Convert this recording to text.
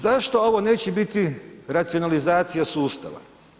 Zašto ovo neće biti racionalizacija sustava?